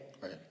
Right